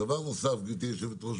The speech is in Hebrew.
גברתי היושבת-ראש,